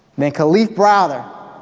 may kalief browder, a